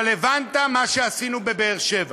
אבל הבנת מה שעשינו בבאר-שבע